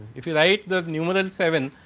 if you write the numeral seven,